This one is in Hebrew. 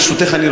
ברשותך,